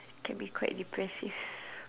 can be quite depressive